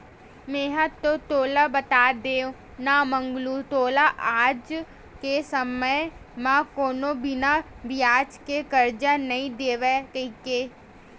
मेंहा तो तोला बता देव ना मंगलू तोला आज के समे म कोनो बिना बियाज के करजा नइ देवय कहिके